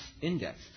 index